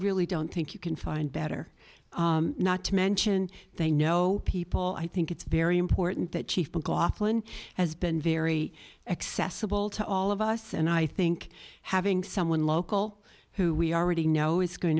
really don't think you can find better not to mention they know people i think it's very important that chief mclaughlin has been very accessible to all of us and i think having someone local who we are already know is going